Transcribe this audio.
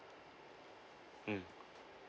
mm